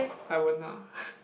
I won't ah